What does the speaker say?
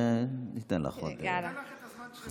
ניתן לך עוד חצי דקה.